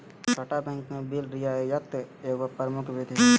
छोट बैंक में बिल रियायत एगो प्रमुख गतिविधि हइ